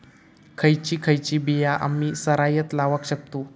खयची खयची बिया आम्ही सरायत लावक शकतु?